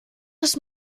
his